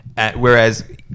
Whereas